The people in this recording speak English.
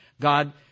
God